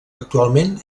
actualment